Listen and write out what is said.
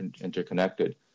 interconnected